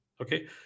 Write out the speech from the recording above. okay